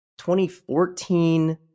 2014